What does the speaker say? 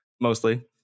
mostly